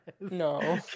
No